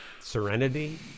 serenity